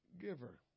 giver